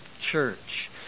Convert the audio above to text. church